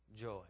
joy